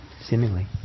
seemingly